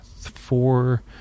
four